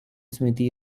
smithy